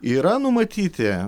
yra numatyti